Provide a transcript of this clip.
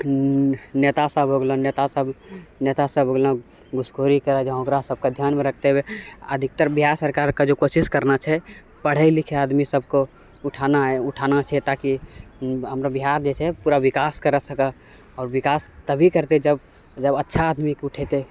नेता सब हो गेलऽ नेतासब नेतासब हो गेलऽ घुसखोरी करै छऽ ओकरा सबके धिआनमे रखिते हुअए अधिकतर बिहार सरकारके जे कोशिश करना छै पढ़े लिखे आदमी सबके उठाना हइ उठाना छै ताकि हमरा बिहार जे छै पूरा विकास करि सकै आओर विकास तभी करतै जब अच्छा आदमीके उठेतै